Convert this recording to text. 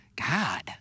God